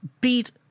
beat